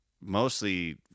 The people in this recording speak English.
mostly